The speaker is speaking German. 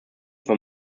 von